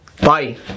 bye